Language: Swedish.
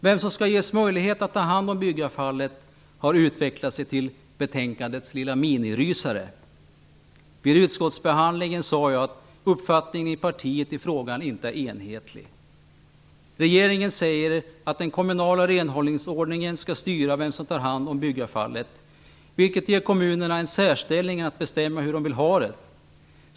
Vem som skall ges möjlighet att ta hand om byggavfallet har utvecklat sig till betänkandets lilla minirysare. Vid utskottsbehandlingen sade jag att uppfattningen i partiet i frågan inte är enhetlig. Regeringen säger att den kommunala renhållningsordningen skall styra vem som tar hand om byggavfallet, vilket ger kommunerna en särställning att bestämma hur de vill ha det.